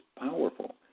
powerful